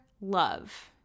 love